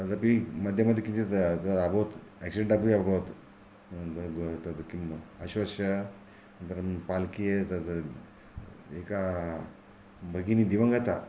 तदपि मध्ये मध्ये किञ्चित् एतदभवत् आक्सिडेण्ट् अपि अभवत् तत् एतद् किम् अश्वस्य अनन्तरं पालकि एतत् एका भगिनी दिवंगता